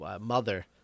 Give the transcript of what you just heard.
mother